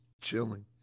chilling